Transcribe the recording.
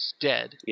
dead